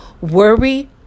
Worry